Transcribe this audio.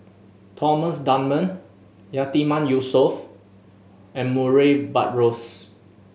Thomas Dunman Yatiman Yusof and Murray Buttrose